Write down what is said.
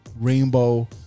Rainbow